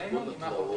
שלמרות כל התלאות,